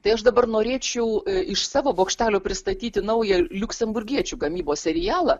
tai aš dabar norėčiau iš savo bokštelio pristatyti naują liuksemburgiečių gamybos serialą